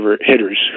hitters